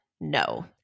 No